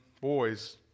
boys